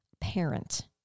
parent